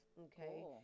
okay